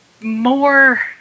more